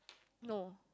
no